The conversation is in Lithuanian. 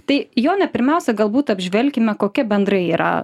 tai jone pirmiausia galbūt apžvelkime kokia bendrai yra